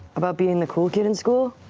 about being the cool kid in school.